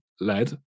led